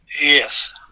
Yes